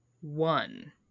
one